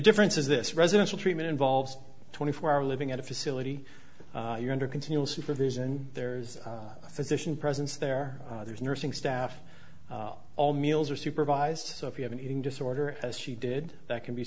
difference is this residential treatment involves twenty four hour living at a facility under continual supervision there's a physician presence there there's nursing staff all meals are supervised so if you have an eating disorder as she did that can be